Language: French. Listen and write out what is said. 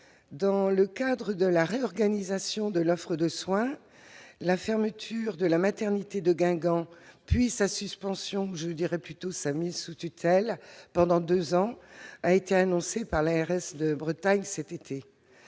dans le cadre de la réorganisation de l'offre de soins, la fermeture de la maternité de Guingamp, puis sa suspension, ou plutôt sa mise sous tutelle pendant deux ans, a été annoncée par l'agence régionale de